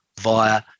via